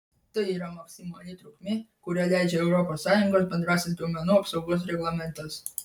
tai yra maksimali trukmė kurią leidžia europos sąjungos bendrasis duomenų apsaugos reglamentas